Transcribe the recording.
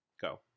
go